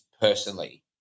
personally